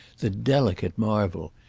the delicate marvel.